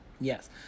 yes